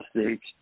States